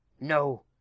no